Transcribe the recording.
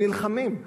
הם נלחמים.